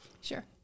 Sure